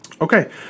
Okay